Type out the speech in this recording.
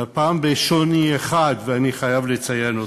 והפעם בשוני אחד, ואני חייב לציין אותו.